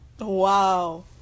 Wow